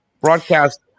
broadcast